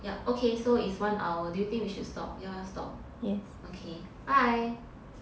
ya okay so it's one hour do you think we should stop stop yes okay I